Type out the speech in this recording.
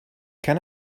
can